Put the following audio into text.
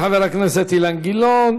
תודה לחבר הכנסת אילן גילאון.